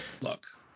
Look